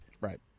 Right